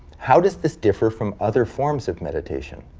how does this differ from other forms of meditation?